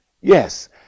Yes